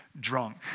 drunk